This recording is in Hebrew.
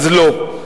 אז לא.